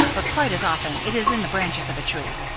but quite as often it is in the branches of a tree.